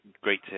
Great